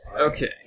Okay